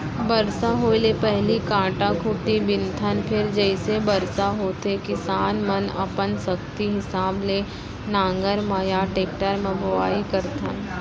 बरसा होए ले पहिली कांटा खूंटी बिनथन फेर जइसे बरसा होथे किसान मनअपन सक्ति हिसाब ले नांगर म या टेक्टर म बोआइ करथन